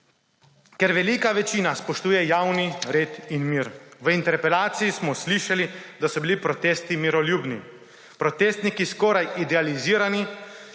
ker velika večina spoštuje javni red in mir. V interpelaciji smo slišali, da so bili protesti miroljubni, protestniki skoraj idealizirani